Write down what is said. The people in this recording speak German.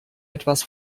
etwas